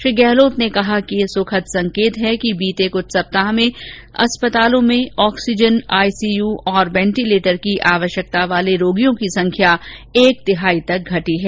श्री गहलोत ने कहा कि यह सुखद संकेत है कि बीते कुछ सप्ताह में अस्पतालों में ऑक्सीजन आईसीय और वेंटिलेटर की आवश्यकता वाले रोगियों की संख्या एक तिहाई तक घटी है